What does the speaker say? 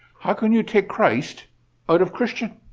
how can you take christ out of christian?